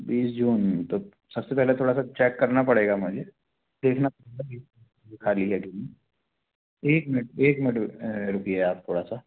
बीस जून तो सबसे पहले थोड़ा सा चेक करना पड़ेगा मुझे देखना खाली है कि नहीं एक मिनट एक मिनट रु रुकिए आप थोड़ा सा